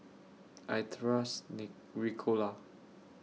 I Trust Ricola